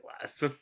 less